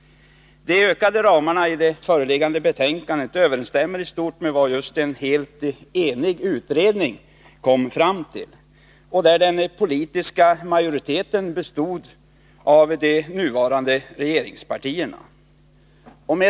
De ökade ramarna i det föreliggande betänkandet överensstämmer i stort med vad en helt enig utredning kom fram till. Och den politiska majoriteten bestod just av de nuvarande regeringspartierna.